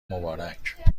مبارک